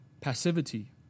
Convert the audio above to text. passivity